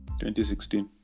2016